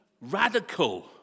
radical